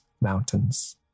mountains